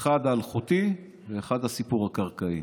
האחד, האלחוטי, והשני, הסיפור הקרקעי.